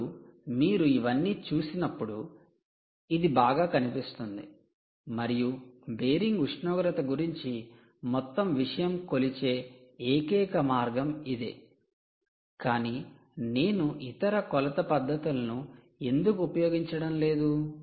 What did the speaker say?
ఇప్పుడు మీరు ఇవన్నీ చూసినప్పుడు ఇది బాగా కనిపిస్తుంది మరియు బేరింగ్ ఉష్ణోగ్రత గురించి మొత్తం విషయం కొలిచే ఏకైక మార్గం ఇదే కాని నేను ఇతర కొలత పద్ధతులను ఎందుకు ఉపయోగించడం లేదు